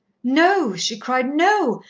no, she cried. no!